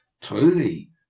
truly